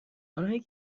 آنهایی